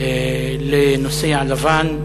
לנוסע לבן,